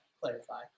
clarify